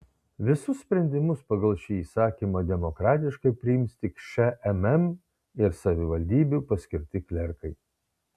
visus sprendimus pagal šį įsakymą demokratiškai priims tik šmm ir savivaldybių paskirti klerkai